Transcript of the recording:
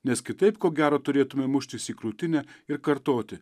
nes kitaip ko gero turėtume muštis į krūtinę ir kartoti